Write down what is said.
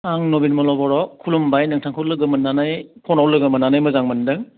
आं नबिमल' बर खुलुमबाय नोंथांखौ लोगो मोननानै कलाव लोगो मोननानै मोजां मोनदों